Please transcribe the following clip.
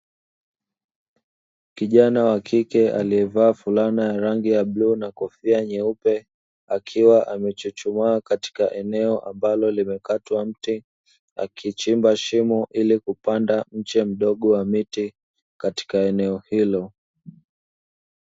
Kijana wa kike aliyevaa fulana ya rangi ya bluu na kofia nyeupe akiwa amechuchumaa katika eneo ambalo limekatwa mti, akichimba shimo ili kupanda mche mdogo wa miti katika eneo hilo.